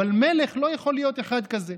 אבל מלך לא יכול להיות אחד כזה.